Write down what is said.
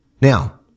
Now